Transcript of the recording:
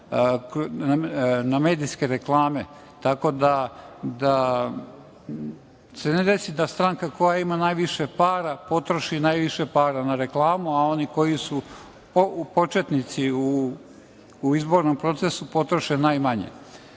na medijske reklame, da se ne desi da stranka koja ima najviše para potroši najviše para na reklamu, a oni koji su početnici u izbornom procesu potroše najmanje. Smatram